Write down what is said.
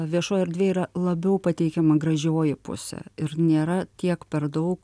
viešoj erdvėj yra labiau pateikiama gražioji pusė ir nėra tiek per daug